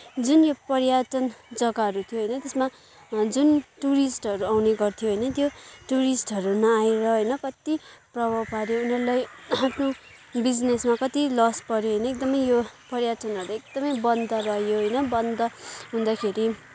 जुन यो पर्यटन जग्गाहरू थियो होइन त्यसमा जुन टुरिस्टहरू आउने गर्थ्यो होइन त्यो टुरिस्टहरू नआएर होइन कत्ति प्रभाव पाऱ्यो उनीहरूलाई आफ्नो बिजनेसमा कति लस पऱ्यो होइन एकदमै यो पर्यटनहरू एकदमै बन्द रह्यो होइन बन्द हुँदाखेरि